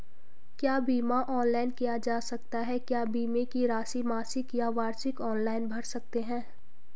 क्या बीमा ऑनलाइन किया जा सकता है क्या बीमे की राशि मासिक या वार्षिक ऑनलाइन भर सकते हैं?